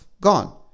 gone